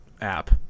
app